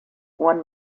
one